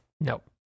Nope